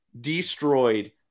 destroyed